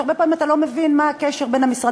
כשהרבה פעמים אתה לא מבין מה הקשר בין המשרד